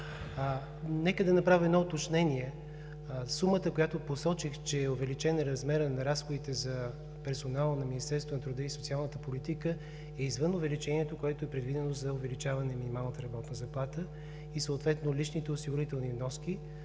Нека да направя едно уточнение: сумата, която посочих за увеличение размера на разходите на персонала на Министерството на труда и социалната политика, е извън увеличението, което е предвидено за увеличаване на минималната работна заплата и съответно личните осигурителни вноски,